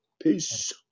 Peace